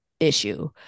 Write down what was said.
Issue